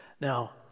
Now